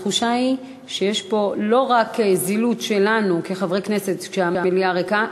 התחושה היא שיש פה לא רק זילות שלנו כחברי כנסת כשהמליאה ריקה,